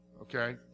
okay